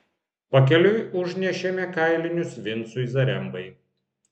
pakeliui užnešėme kailinius vincui zarembai